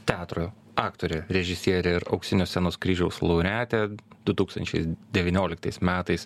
teatro aktorė režisierė ir auksinio scenos kryžiaus laureatė du tūkstančiai devynioliktais metais